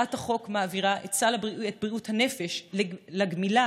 הצעת החוק מעבירה את סל בריאות הנפש לגמילה